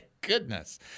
goodness